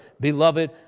beloved